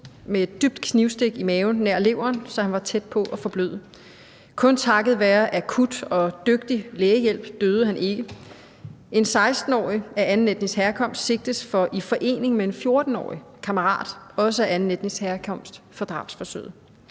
med et dybt knivstik i maven nær leveren, så han var tæt på at forbløde. Kun takket være akut og dygtig lægehjælp døde han ikke. En 16-årig af anden etnisk herkomst sigtes i forening med en 14-årig kammerat, også af anden etnisk herkomst, for drabsforsøget.